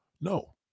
No